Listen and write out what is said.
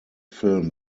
film